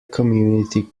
community